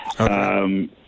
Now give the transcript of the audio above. Okay